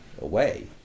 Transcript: away